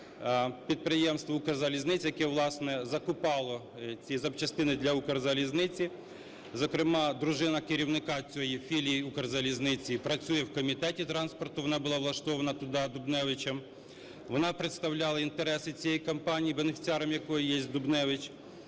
підприємства "Укрзалізниці", яке, власне, закупало ці запчастини для "Укрзалізниці". Зокрема, дружина керівника цієї філії "Укрзалізниці" працює в Комітеті транспорту. Вона була влаштована туди Дубневичем. Вона представляла інтереси цієї компанії, бенефіціаром якої є Дубневич,